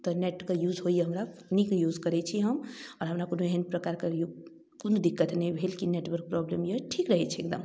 तऽ नेटके यूज होइए हमरा नीक यूज करै छी हम आओर हमरा कोनो एहन प्रकारके कोनो दिक्कत नहि भेल कि नेटवर्क प्रॉब्लम अइ ठीक रहै छै एकदम